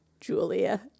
Julia